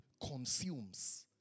consumes